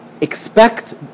expect